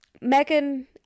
Megan